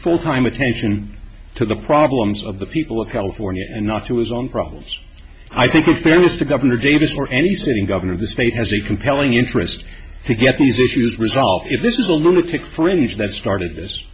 full time attention to the problems of the people of california and not to his own problems i think in fairness to governor davis for any sitting governor of the state has a compelling interest to get these issues resolved if this is a lunatic fringe that started this